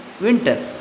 winter